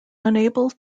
unable